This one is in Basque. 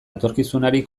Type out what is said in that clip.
etorkizunari